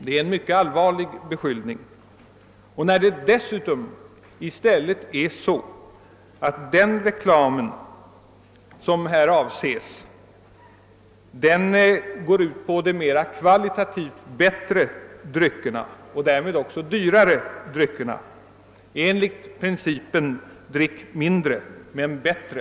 Det är en mycket allvarlig beskyllning, särskilt som det i stället är så att den reklam som här avses gäller de kvalitativt bättre och därmed också dyrare dryckerna enligt principen: Drick mindre men bättre!